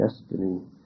destiny